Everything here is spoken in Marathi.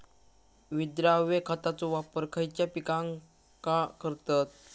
विद्राव्य खताचो वापर खयच्या पिकांका करतत?